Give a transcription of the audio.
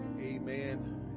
Amen